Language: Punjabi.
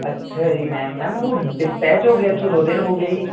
ਅੱਛਾ ਜੀ ਮੈਮ ਮੈਮ ਨਾ ਉਹ ਡਿਸਪੈਜ ਹੋ ਗਿਆ ਇੱਥੋਂ ਦੋ ਦਿਨ ਹੋ ਗਏ ਜੀ